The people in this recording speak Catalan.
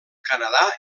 canadà